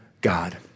God